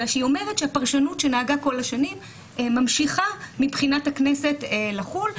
אלא היא אומרת שהפרשנות שנהגה כל השנים ממשיכה מבחינת הכנסת לחול,